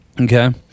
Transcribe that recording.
Okay